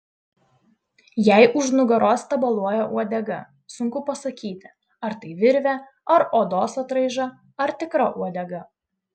jai už nugaros tabaluoja uodega sunku pasakyti ar tai virvė ar odos atraiža ar tikra uodega